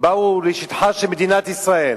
באו לשטחה של מדינת ישראל.